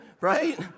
right